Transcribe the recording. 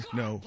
no